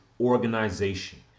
organization